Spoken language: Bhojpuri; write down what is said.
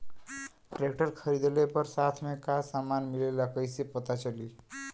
ट्रैक्टर खरीदले पर साथ में का समान मिलेला कईसे पता चली?